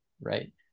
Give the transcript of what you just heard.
right